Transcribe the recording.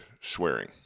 swearing